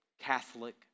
Catholic